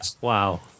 Wow